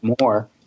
more